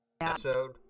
Episode